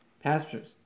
pastures